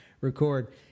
record